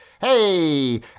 Hey